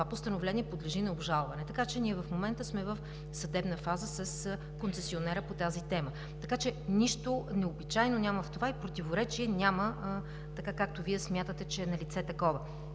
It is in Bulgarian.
това постановление подлежи на обжалване. Така че ние в момента сме в съдебна фаза с концесионера по тази тема. Така че нищо необичайно няма в това и противоречие няма, така както Вие смятате че е налице такова.